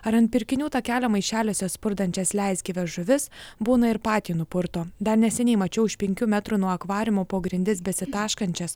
ar ant pirkinių takelio maišeliuose spurdančias leisgyves žuvis būna ir patį nupurto dar neseniai mačiau už penkių metrų nuo akvariumo po grindis besitaškančias